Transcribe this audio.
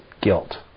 guilt